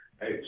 Hey